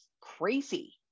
crazy